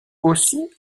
aussi